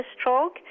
stroke